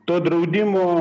to draudimo